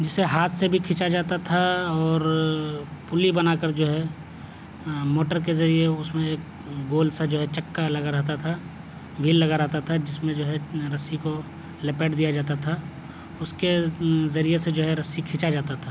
جسے ہاتھ سے بھی کھینچا جاتا تھا اور پلی بنا کر جو ہے موٹر کے ذریعہ اس میں ایک گول سا جو ہے چکا لگا رہتا تھا وہیل لگا رہتا تھا جس میں جو ہے رسی کو لپیٹ دیا جاتا تھا اس کے ذریعے سے جو ہے رسی کھینچا جاتا تھا